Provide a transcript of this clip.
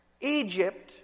Egypt